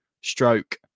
stroke